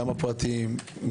גם הפרטיים,